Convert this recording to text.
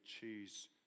choose